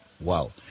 Wow